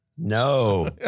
No